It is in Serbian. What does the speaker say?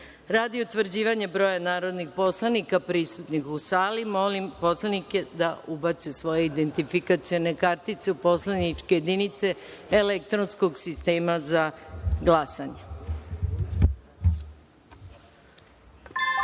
utvrđivanja broja narodnih poslanika prisutnih u sali, molim narodne poslanike da ubace svoje identifikacione kartice u poslaničke jedinice elektronskog sistema za glasanje. Konstatujem